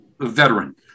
veteran